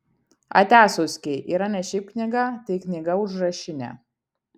atia suskiai yra ne šiaip knyga tai knyga užrašinė